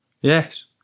Yes